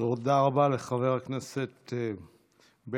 תודה רבה לחבר הכנסת בליאק.